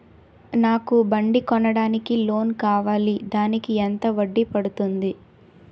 నాకు బండి కొనడానికి లోన్ కావాలిదానికి వడ్డీ ఎంత పడుతుంది?